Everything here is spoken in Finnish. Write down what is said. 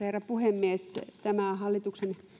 herra puhemies tämä hallituksen